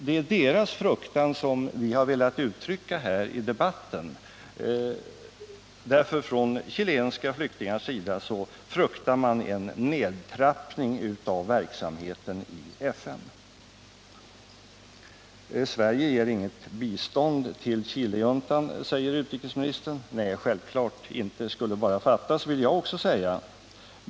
Det är deras fruktan som vi har velat uttrycka här i debatten. Från chilenska flyktingars sida fruktar man nämligen en nedtrappning av verksamheten i FN. Sverige ger inget bistånd till Chilejuntan, säger utrikesministern. Nej, självklart inte — skulle bara fattas, vill också jag säga.